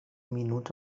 minuts